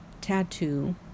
tattoo